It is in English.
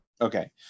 okay